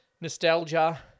Nostalgia